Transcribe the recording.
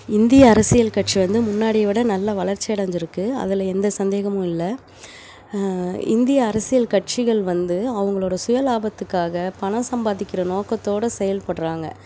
இந்திய அரசியல் கட்சி வந்து முன்னாடியை விட நல்லா வளர்ச்சி அடைஞ்சிருக்கு அதில் எந்த சந்தேகமும் இல்லை இந்திய அரசியல் கட்சிகள் வந்து அவங்களோட சுய லாபத்துக்காக பணம் சம்பாதிக்கிற நோக்கத்தோடு செயல்படுறாங்க